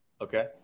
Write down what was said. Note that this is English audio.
Okay